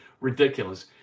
ridiculous